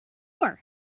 store